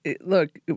look